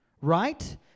right